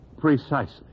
Precisely